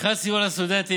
מבחינת סיוע לסטודנטים,